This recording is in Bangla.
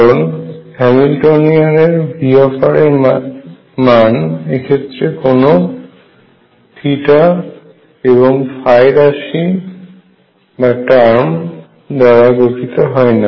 কারণ হ্যামিল্টনীয়ান এর Vr এর মান এক্ষেত্রে কোনো এবং রাশি দ্বারা গঠিত হয় না